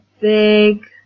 big